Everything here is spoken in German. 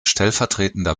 stellvertretender